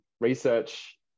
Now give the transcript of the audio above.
research